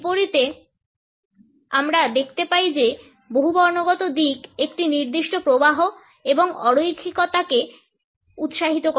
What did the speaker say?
বিপরীতে আমরা দেখতে পাই যে বহুবর্ণগত দিক একটি নির্দিষ্ট প্রবাহ এবং অ রৈখিকতাকে উৎসাহিত করে